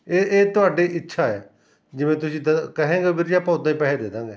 ਇਹ ਇਹ ਤੁਹਾਡੀ ਇੱਛਾ ਹੈ ਜਿਵੇਂ ਤੁਸੀਂ ਦ ਕਹੇਂਗਿਓ ਵੀਰ ਜੀ ਆਪਾਂ ਉੱਦਾਂ ਹੀ ਪੈਸੇ ਦੇ ਦਾਂਗੇ